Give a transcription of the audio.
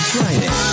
Friday